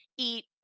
eat